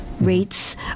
rates